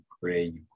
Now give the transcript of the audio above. pray